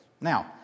Now